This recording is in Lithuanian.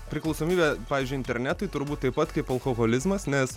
priklausomybę pavyzdžiui internetui turbūt taip pat kaip alkoholizmas nes